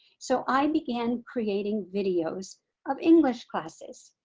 so i began creating videos of english classes.